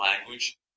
language